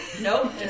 Nope